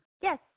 Yes